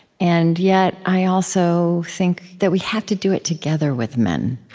and yet, i also think that we have to do it together with men,